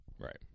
Right